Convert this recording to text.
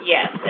Yes